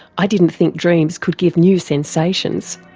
i didn't think dreams could give new sensations.